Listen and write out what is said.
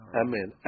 amen